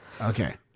Okay